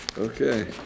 Okay